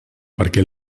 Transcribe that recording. perquè